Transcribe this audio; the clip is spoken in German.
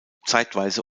zeitweise